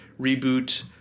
reboot